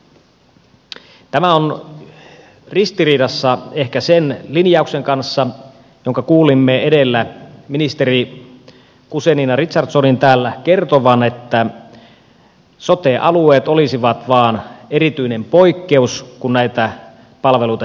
tämä on ehkä ristiriidassa sen linjauksen kanssa jonka kuulimme edellä ministeri guzenina richardsonin täällä kertovan että sote alueet olisivat vain erityinen poikkeus kun näitä palveluita järjestetään